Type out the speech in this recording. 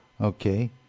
Okay